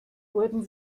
wurden